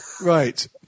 Right